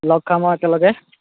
লগ খাম আৰু একেলগে